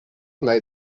made